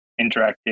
interactive